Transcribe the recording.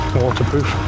Waterproof